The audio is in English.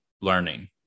learning